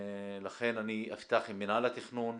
אפתח עם מנהל התכנון,